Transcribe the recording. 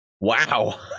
Wow